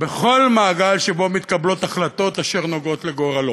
בכל מעגל שבו מתקבלות החלטות אשר נוגעות לגורלו.